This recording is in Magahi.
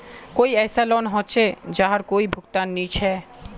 कोई ऐसा लोन होचे जहार कोई भुगतान नी छे?